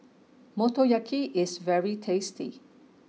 Motoyaki is very tasty